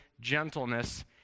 gentleness